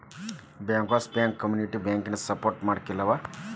bankers bank community ಬ್ಯಾಂಕನ support ಮಾಡ್ಲಿಕ್ಕಿರ್ತಾವ